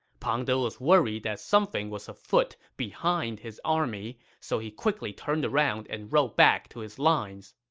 pang de was worried that something was afoot behind his army, so he quickly turned around and rode back to his lines.